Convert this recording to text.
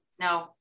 No